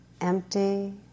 Empty